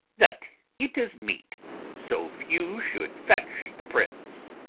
that it is meet so few should fetch the prince.